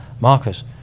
Marcus